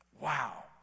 Wow